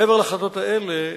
מעבר להחלטות האלה,